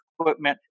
equipment